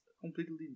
completely